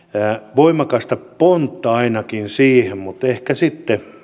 voimakasta pontta ainakin siihen mutta ehkä sitten